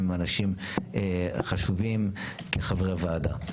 הם אנשים חשובים כחברי ועדה.